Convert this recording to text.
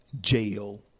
jail